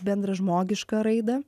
bendražmogišką raidą